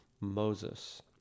Moses